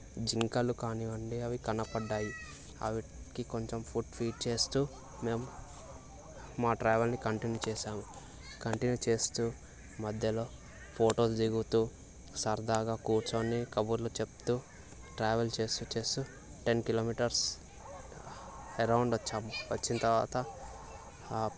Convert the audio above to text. జింకలు కానివ్వండి అవి కనపడినాయి వాటికి కొంచెం ఫుడ్ ఫీడ్ చేస్తు మేము మా ట్రావెల్ని కంటిన్యూ చేశాము కంటిన్యూ చేస్తు మధ్యలో ఫోటోలు దిగుతు సరదాగా కూర్చొని కబుర్లు చెబతు ట్రావెల్ చేస్తు చేస్తు టెన్ కిలోమీటర్స్ అరౌండ్ వచ్చాము వచ్చిన తర్వాత